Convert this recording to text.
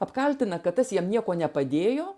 apkaltina kad tas jam niekuo nepadėjo